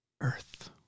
Earth